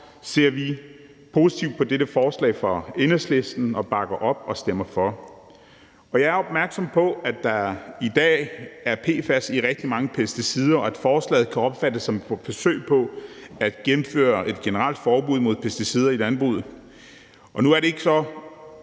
ser vi positivt på dette forslag fra Enhedslisten og bakker op om det og stemmer for det. Jeg er opmærksom på, at der i dag er PFAS i rigtig mange pesticider, og at forslaget kan opfattes som et forsøg på at gennemføre et generelt forbud mod pesticider i landbruget. Nu er det ikke